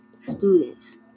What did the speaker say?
students